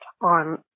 on